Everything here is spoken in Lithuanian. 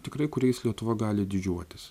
tikrai kuriais lietuva gali didžiuotis